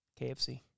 KFC